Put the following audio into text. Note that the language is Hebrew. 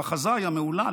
המחזאי המהולל,